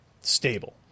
stable